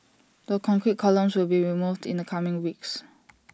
the concrete columns will be removed in the coming weeks